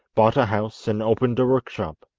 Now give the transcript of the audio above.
bought a house and opened a workshop.